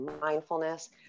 mindfulness